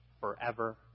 forever